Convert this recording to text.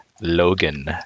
Logan